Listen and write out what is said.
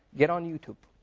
get on youtube.